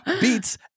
beats